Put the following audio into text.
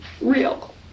real